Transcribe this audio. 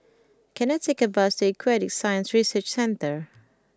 can I take a bus to Aquatic Science Research Centre